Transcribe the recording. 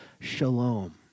shalom